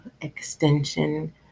Extension